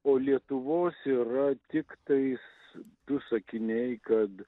o lietuvos yra tiktais tu sakiniai kad